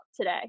today